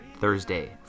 Thursday